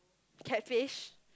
catfish